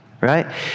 right